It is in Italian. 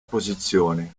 posizione